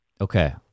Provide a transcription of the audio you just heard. Okay